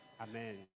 amen